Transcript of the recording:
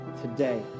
today